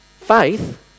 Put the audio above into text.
faith